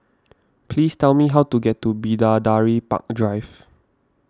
please tell me how to get to Bidadari Park Drive